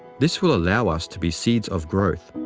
this will allow us to be seeds of growth,